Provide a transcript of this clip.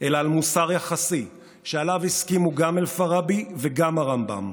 אלא על מוסר יחסי שעליו הסכימו גם אל-פאראבי וגם הרמב"ם,